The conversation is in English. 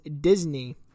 Disney